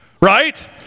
right